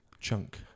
chunk